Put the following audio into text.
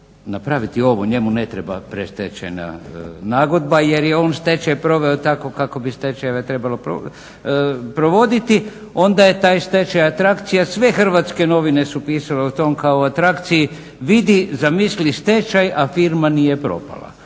napraviti ovo. Njemu ne treba predstečajna nagodba, jer je on stečaj proveo tako kako bi stečajeve trebalo provoditi. Onda je taj stečaj atrakcija. Sve hrvatske novine su pisale o tome kao o atrakciji. Vidi, zamisli stečaj, a firma nije propala,